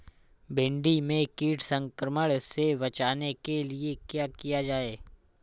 भिंडी में कीट संक्रमण से बचाने के लिए क्या किया जाए?